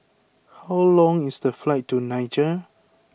how long is the flight to Niger